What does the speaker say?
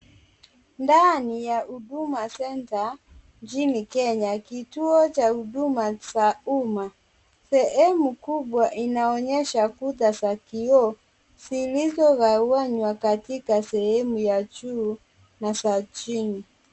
Ndani ya Huduma Centre nchini Kenya, kituo cha huduma za uma. Sehemu kubwa inaonyesha kuta za kioo zilizogawanywa katika sehemu ya juu na za chini.